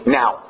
now